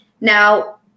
now